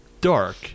dark